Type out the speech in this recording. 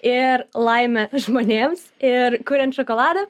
ir laimę žmonėms ir kuriant šokoladą